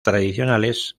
tradicionales